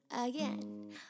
again